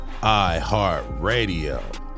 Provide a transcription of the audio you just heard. iHeartRadio